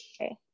Okay